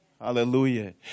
Hallelujah